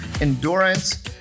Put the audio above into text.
endurance